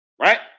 right